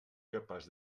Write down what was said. capaç